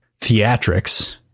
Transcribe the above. theatrics